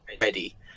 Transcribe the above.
ready